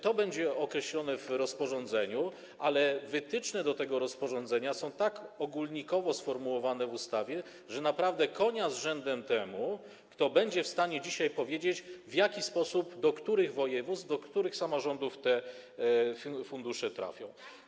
To będzie określone w rozporządzeniu, ale wytyczne do tego rozporządzenia są tak ogólnikowo sformułowane w ustawie, że naprawdę konia z rzędem temu, kto będzie w stanie dzisiaj powiedzieć, w jaki sposób, do których województw, do których samorządów te fundusze trafią.